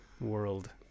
world